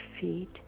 feet